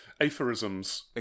aphorisms